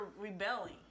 rebelling